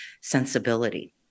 sensibility